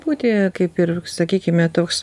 būti kaip ir sakykime toks